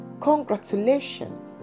Congratulations